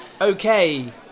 Okay